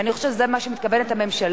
ואני חושבת שזה מה שמתכוונת הממשלה,